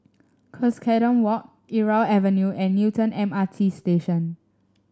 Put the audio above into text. Cuscaden Walk Irau Avenue and Newton M R T Station